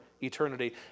eternity